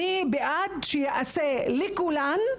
אני בעד שיהיה לכולן,